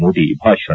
ಮೋದಿ ಭಾಷಣ